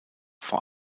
vor